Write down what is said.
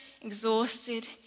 exhausted